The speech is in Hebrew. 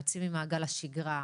יוצאים ממעגל השגרה,